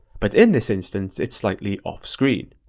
but in this instance, it's slightly off screen,